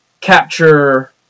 capture